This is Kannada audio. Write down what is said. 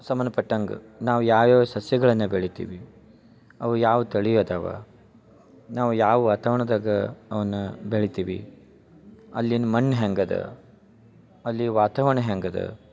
ಸಂಬಂಧಪಟ್ಟಂಗ ನಾವು ಯಾವ್ಯಾವ ಸಸ್ಯಗಳನ್ನ ಬೆಳಿತಿವಿ ಅವು ಯಾವ ತಳಿ ಅದಾವ ನಾವು ಯಾವ ವಾತಾವರಣದಾಗ ಅವನ್ನ ಬೆಳಿತೀವಿ ಅಲ್ಲಿನ ಮಣ್ಣು ಹ್ಯಾಂಗದ ಅಲ್ಲಿ ವಾತವರಣ ಹೆಂಗದ